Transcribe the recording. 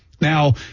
Now